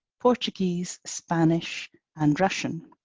portuguese, spanish and russian.